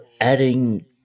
adding